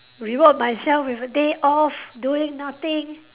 reward myself with a day off doing nothing